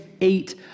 eight